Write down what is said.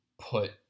put